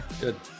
good